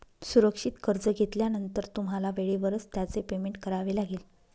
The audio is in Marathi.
सुरक्षित कर्ज घेतल्यानंतर तुम्हाला वेळेवरच त्याचे पेमेंट करावे लागेल